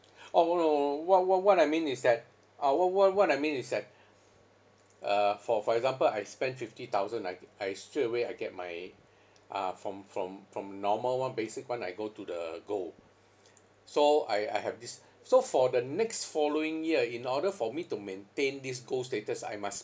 oh no what what what I mean is that uh what what what I mean is that uh for for example I spend fifty thousand like I straightaway I get my uh from from from normal one basic one I go to the gold so I I have this so for the next following year in order for me to maintain this gold status I must